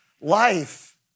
life